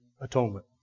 atonement